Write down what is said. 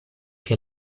che